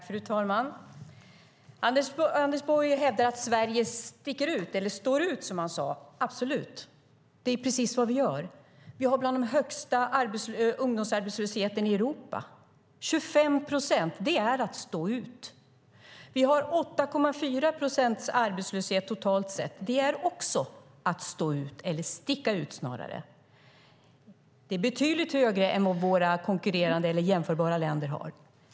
Fru talman! Anders Borg hävdar att Sverige står ut, som han sade. Absolut - det är precis vad vi gör. Vi har bland de högsta ungdomsarbetslöshetssiffrorna i Europa. 25 procent, det är att stå ut. Vi har 8,4 procents arbetslöshet totalt sett. Det är också att stå ut, eller snarare att sticka ut. Det är betydligt högre än vad våra konkurrerande eller jämförbara länder har.